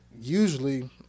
usually